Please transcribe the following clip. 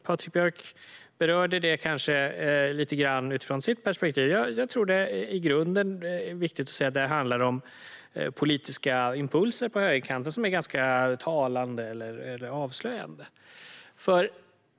Patrik Björck berörde det lite utifrån sitt perspektiv, och jag tror att det i grunden handlar om politiska impulser på högerkanten som är ganska avslöjande.